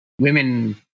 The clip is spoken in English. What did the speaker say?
Women